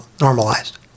normalized